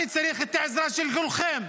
הרי צריך את העזרה של כולכם,